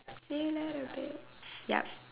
a ladder bitch yup